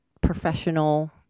professional